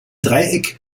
dreieck